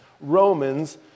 Romans